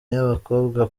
z’abakobwa